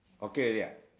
okay already ah